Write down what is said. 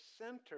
center